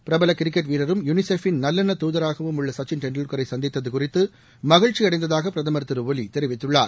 பிரபல கிரிக்கெட் வீரரும் யுளிசெஃப்பின் நல்லெண்ண தாதராகவும் உள்ள சச்சின் டெண்டுல்கரை சந்தித்தது குறித்து மகிழ்ச்சியடைந்ததாக பிரதமர் திரு ஒலி தெரிவித்துள்ளார்